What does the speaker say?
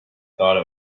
thought